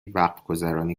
وقتگذرانی